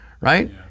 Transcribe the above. right